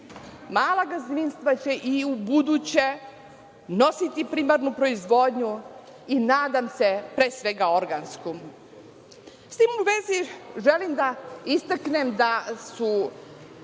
Mala gazdinstva će i ubuduće nositi primarnu proizvodnju i nadam se, pre svega, organsku.S tim u vezi, želim da istaknem da su